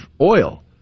oil